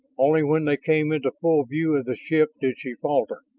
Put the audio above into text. only when they came into full view of the ship did she falter.